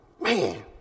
man